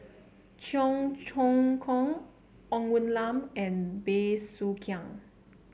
Cheong Choong Kong Ng Woon Lam and Bey Soo Khiang